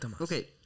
Okay